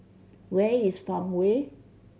where is Farmway